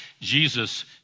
Jesus